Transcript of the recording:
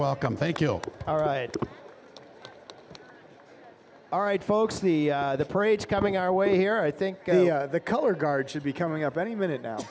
welcome thank you all right all right folks the parade coming our way here i think the color guard should be coming up any minute now